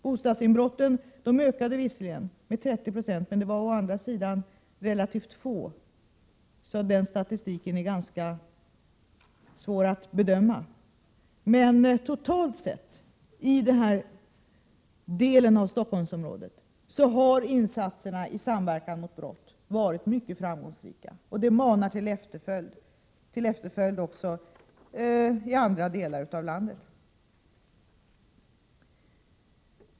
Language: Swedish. Bostadsinbrotten ökade visserligen med 30 96, men det var å andra sidan relativt få sådana brott, så den statistiken är ganska svår att bedöma. Men totalt sett har i den här delen av Stockholmsområdet insatserna genom Samverkan mot brott varit mycket framgångsrika och manar till efterföljd också i andra delar av landet.